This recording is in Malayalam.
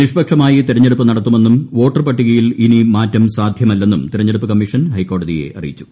നിഷ്പക്ഷമായി തെരഞ്ഞെട്ടുപ്പ് നടത്തുമെന്നും വോട്ടർ പട്ടികയിൽ ഇനി മാറ്റം സാധ്യമ്ല്ലെന്നും തെരഞ്ഞെടുപ്പ് കമ്മീഷൻ ഹൈക്കോടതിയെ അറിയിച്ചു